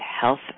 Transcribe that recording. Health